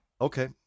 Okay